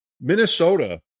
Minnesota